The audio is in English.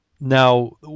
Now